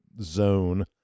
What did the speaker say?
zone